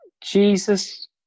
Jesus